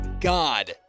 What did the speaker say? God